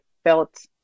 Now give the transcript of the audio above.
felt